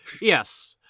Yes